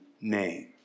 name